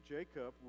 Jacob